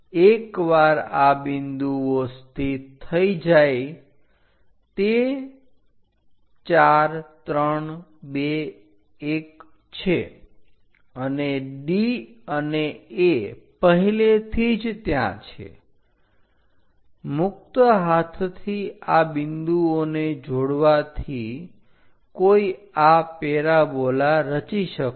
એકવાર આ બિંદુઓ સ્થિત થઈ જાય તે 4 3 2 1 છે અને D અને A પહેલેથી જ ત્યાં છે મુક્ત હાથથી આ બિંદુઓને જોડવાથી કોઈ આ પેરાબોલા રચી શકશે